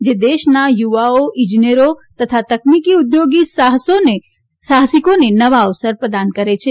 જે દેશના યુવાઓ ઇજનેરો તથા તકનીકી ઉદ્યોગ સાહસિકોને નવા અવસર પ્રદાન કરે છે